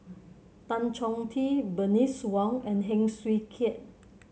Tan Chong Tee Bernice Wong and Heng Swee Keat